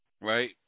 right